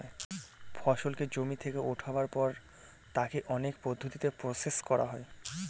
ফসলকে জমি থেকে উঠাবার পর তাকে অনেক পদ্ধতিতে প্রসেস করা হয়